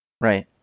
Right